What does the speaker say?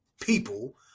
people